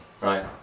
Right